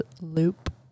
loop